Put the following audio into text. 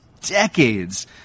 decades